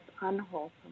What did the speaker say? unwholesome